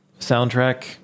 soundtrack